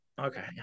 Okay